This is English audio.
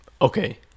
Okay